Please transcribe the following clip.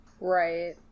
right